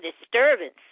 disturbance